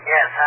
Yes